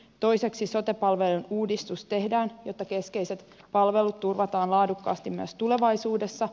toiseksi sote palvelu uudistus tehdään jotta keskeiset palvelut turvataan laadukkaasti myös tulevaisuudessa